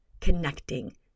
connecting